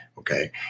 Okay